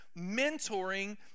mentoring